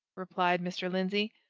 replied mr. lindsey.